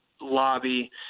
lobby